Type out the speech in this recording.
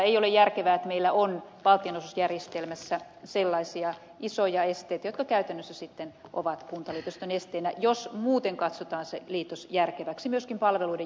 ei ole järkevää että meillä on valtionosuusjärjestelmässä sellaisia isoja esteitä jotka käytännössä sitten ovat kuntaliitosten esteenä jos muuten katsotaan se liitos järkeväksi myöskin palveluiden järjestämisen näkökulmasta